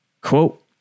Quote